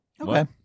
Okay